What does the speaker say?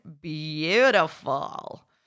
beautiful